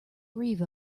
grieve